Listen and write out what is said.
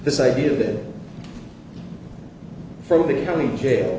this idea that for the county jail